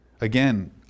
Again